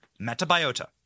Metabiota